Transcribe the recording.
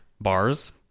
bars